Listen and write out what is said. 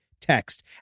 text